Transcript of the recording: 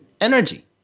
energy